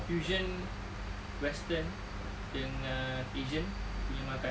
fusion western dengan asian punya makanan